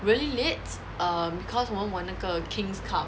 really lits um because 我们玩那个 king's cup